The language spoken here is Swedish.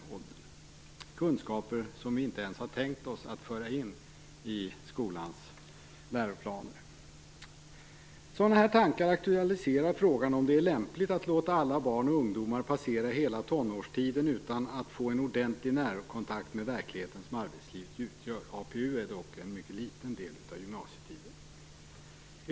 Det är kunskaper som vi inte ens har tänkt oss att föra in i skolans läroplaner. Sådana här tankar aktualiserar frågan om det är lämpligt att låta alla barn och ungdomar passera hela tonårstiden utan att få en ordentlig närkontakt med verkligheten som arbetslivet utgör. APU är dock en mycket liten del av gymnasietiden.